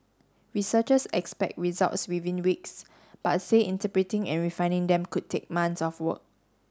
researchers expect results within weeks but say interpreting and refining them could take months of work